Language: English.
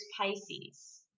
Pisces